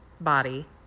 body